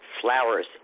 flowers